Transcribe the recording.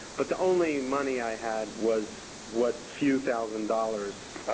but the only money i had was what few thousand dollars